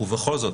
ובכל זאת,